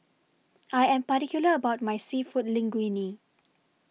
I Am particular about My Seafood Linguine